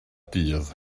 dydd